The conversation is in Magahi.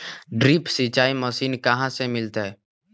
ड्रिप सिंचाई मशीन कहाँ से मिलतै?